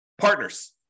Partners